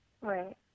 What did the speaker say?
Right